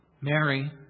Mary